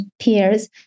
peers